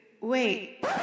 Wait